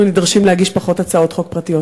נדרשים להגיש פחות הצעות חוק פרטיות.